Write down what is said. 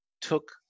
took